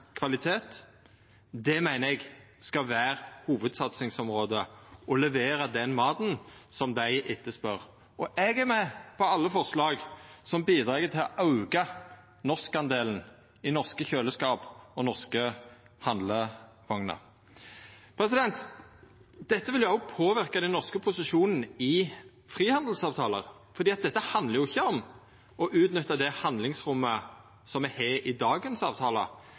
kvalitet. Det meiner eg skal vera hovudsatsingsområdet: å levera den maten som dei etterspør. Eg er med på alle forslag som bidreg til å auka delen med norsk mat i norske kjøleskap og norske handlevogner. Dette vil òg påverka den norske posisjonen i frihandelsavtalar, for det handlar ikkje om å utnytta det handlingsrommet som me har i dagens